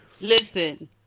listen